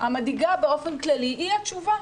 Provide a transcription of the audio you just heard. המדאיגה באופן כללי היא התשובה,